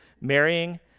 marrying